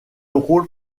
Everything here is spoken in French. rôle